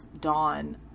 Dawn